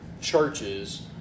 churches